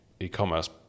e-commerce